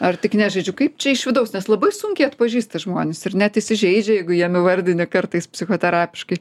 ar tik nežaidžiu kaip čia iš vidaus nes labai sunkiai atpažįsta žmonės ir net įsižeidžia jeigu jam įvardini kartais psichoterapiškai